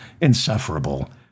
insufferable